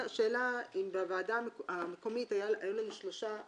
בוועדה המקומית היו לנו שלושה גורמים: